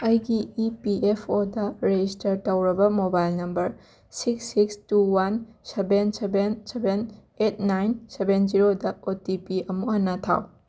ꯑꯩꯒꯤ E P F ꯑꯣꯗ register ꯇꯧꯔꯕ mobile number six six two one seven seven seven eight nine seven ꯖꯦꯔꯣꯗ O T P ꯑꯃꯨꯛ ꯍꯟꯅ ꯊꯥꯎ